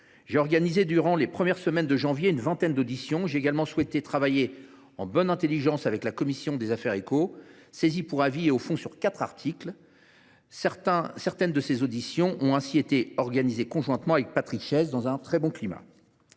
J’ai organisé durant les premières semaines de janvier une vingtaine d’auditions. J’ai souhaité travailler en bonne intelligence avec la commission des affaires économiques, saisie pour avis, mais aussi, pour quatre articles, au fond. Certaines de ces auditions ont été menées conjointement avec Patrick Chaize, dans un très bon climat.